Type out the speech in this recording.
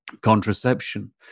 contraception